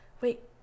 wait